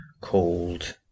called